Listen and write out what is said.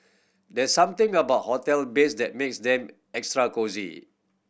there's something about hotel beds that makes them extra cosy